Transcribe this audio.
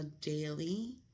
daily